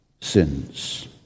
sins